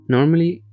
Normally